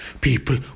people